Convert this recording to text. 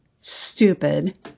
stupid